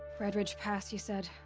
red ridge pass, you said?